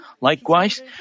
Likewise